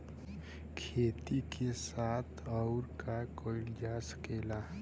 खेती के साथ अउर का कइल जा सकेला?